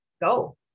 go